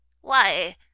Why